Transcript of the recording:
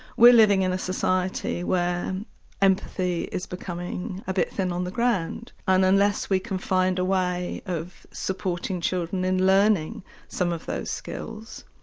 we're living in a society where empathy is becoming a bit thin on the ground. and unless we can find a way of supporting children in learning some of those skills,